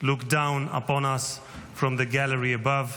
look down upon us from the gallery above.